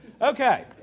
okay